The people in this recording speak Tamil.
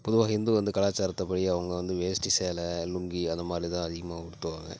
பொதுவாக இந்து வந்து கலாச்சாரத்துப்படி அவங்க வந்து வேஷ்டி சேலை லுங்கி அது மாதிரி தான் அதிகமாக உடுத்துவாங்க